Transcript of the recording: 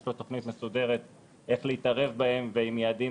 יש לו תוכנית מסודרת איך להתערב בהם ועם יעדים